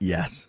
Yes